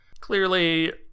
Clearly